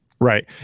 Right